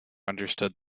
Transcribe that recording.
understood